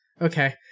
okay